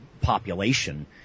population